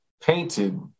painted